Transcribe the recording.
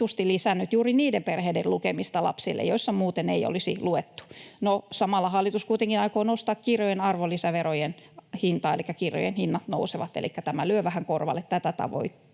lisännyt juuri niiden perheiden lukemista lapsille, joissa muuten ei olisi luettu. No, samalla hallitus kuitenkin aikoo nostaa kirjojen arvonlisäveroa, elikkä kirjojen hinnat nousevat, elikkä tämä lyö vähän korvalle tätä tavoitetta.